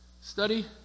Study